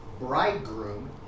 bridegroom